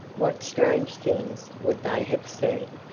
what strange things would they have seen,